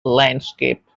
landscape